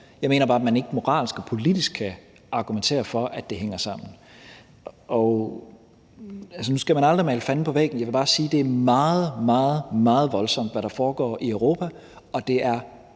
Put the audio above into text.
Jeg mener bare, at man ikke moralsk og politisk kan argumentere for, at det hænger sammen. Nu skal man aldrig male fanden på væggen; jeg vil bare sige, at det er meget, meget voldsomt, hvad der foregår i Europa, og det er